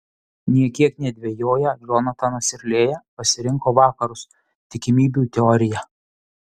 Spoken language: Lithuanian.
nė kiek nedvejoję džonatanas ir lėja pasirinko vakarus tikimybių teoriją